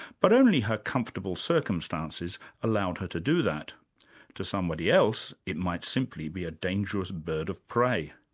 but only her comfortable circumstances allowed her to do that to somebody else, it might simply be a dangerous bird of prey.